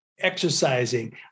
exercising